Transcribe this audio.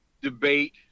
debate